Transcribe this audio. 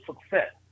success